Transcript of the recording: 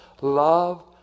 love